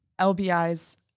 LBI's